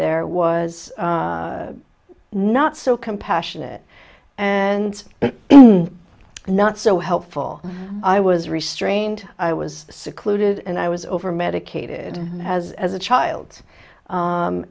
there was not so compassionate and not so helpful i was restrained i was secluded and i was overmedicated as a child